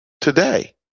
today